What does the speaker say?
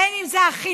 בין אם זה החינוך,